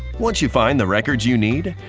once you find the records you need,